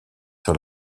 sur